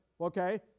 okay